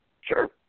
Sure